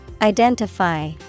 Identify